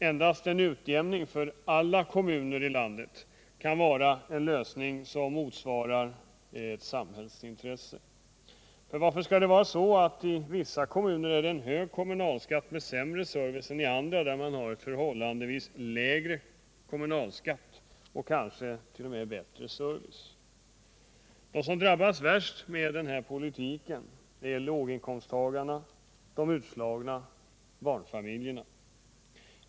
Endast en utjämning för alla kommuner i landet kan vara en lösning, som motsvarar ett samhällsintresse. Varför skall det då vara så att i vissa kommuner är det en hög kommunalskatt med sämre service än i andra där man har en förhållandevis lägre kommunalskatt och kanske t.o.m. bättre service? De som drabbas värst av denna politik är låginkomsttagarna, de utslagna och barnfamiljerna.